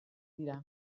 dira